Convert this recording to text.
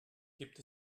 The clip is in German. gibt